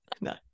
no